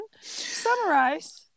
summarize